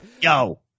Yo